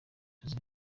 inzozi